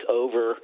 over